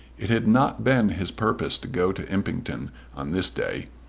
it had not been his purpose to go to impington on this day,